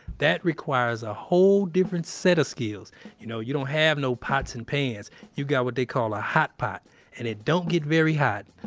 that requires a whole different set of skills you know, you don't have no pots and pans. you've got what they call a hot pot and it don't get very hot.